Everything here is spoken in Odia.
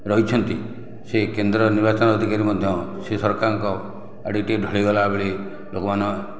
ରହିଛନ୍ତି ସେ କେନ୍ଦ୍ରରେ ନିର୍ବାଚନ ଅଧିକାରୀ ମଧ୍ୟ ସେ ସରକାରଙ୍କ ଆଡ଼କୁ ଟିକେ ଢଳିଗଲା ଭଳି ଲୋକମାନେ